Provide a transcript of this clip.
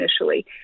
initially